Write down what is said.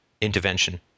intervention